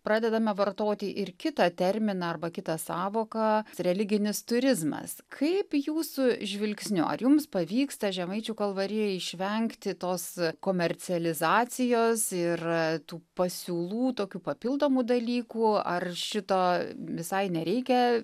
pradedame vartoti ir kitą terminą arba kitą sąvoką religinis turizmas kaip jūsų žvilgsniu ar jums pavyksta žemaičių kalvarijoje išvengti tos komercializacijos ir tų pasiūlų tokių papildomų dalykų ar šito visai nereikia